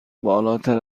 بالاتر